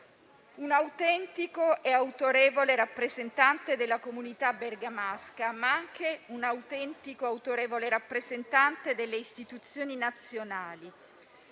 Un autentico e autorevole rappresentante della comunità bergamasca, ma anche un autentico e autorevole rappresentante delle istituzioni nazionali.